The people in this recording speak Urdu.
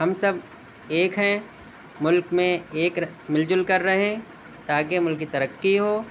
ہم سب ایک ہیں ملک میں ایک مل جل کر رہیں تاکہ ملک کی ترقی ہو